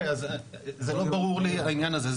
זה לא ברור לי העניין הזה.